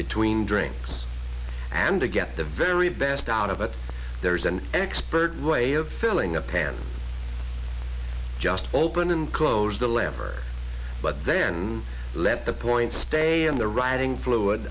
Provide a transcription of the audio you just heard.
between drinks and to get the very best out of it there is an expert way of filling a pan just open and close the lever but then let the points stay in the riding fluid